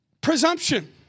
Presumption